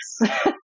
Yes